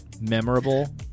memorable